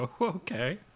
Okay